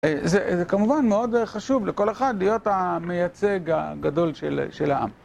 זה כמובן מאוד חשוב לכל אחד להיות המייצג הגדול של העם.